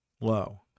low